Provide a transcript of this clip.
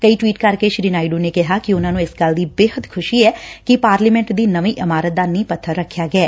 ਕਈ ਟਵੀਟ ਕਰਕੇ ਸ੍ਰੀ ਨਾਇਡੁ ਨੇ ਕਿਹਾ ਕਿ ਉਨਾਂ ਨੂੰ ਇਸ ਗੱਲ ਦੀ ਬੇਹੱਦ ਖੁਸ਼ੀ ਐ ਕਿ ਪਾਰਲੀਸੇਂਟ ਦੀ ਨਵੀਂ ਇਮਾਰਤ ਦਾ ਨੀਹ ਪੱਬਰ ਰੱਖਿਆ ਗਿਐ